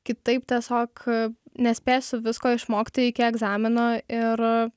kitaip tiesiog nespėsiu visko išmokti iki egzamino ir